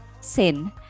sin